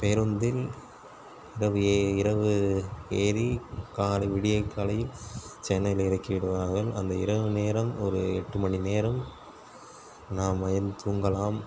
பேருந்தில் இரவு இரவு ஏறி காலை விடியற் காலையில் சென்னையில் இறக்கி விடுவார்கள் அந்த இரவு நேரம் ஒரு எட்டு மணி நேரம் நாம் அதில் தூங்கலாம்